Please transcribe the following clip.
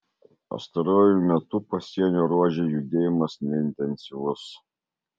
pastaruoju metu pasienio ruože judėjimas neintensyvus